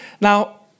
Now